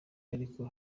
ariko